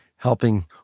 helping